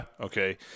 Okay